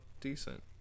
decent